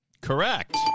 Correct